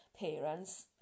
Parents